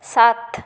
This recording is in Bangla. সাত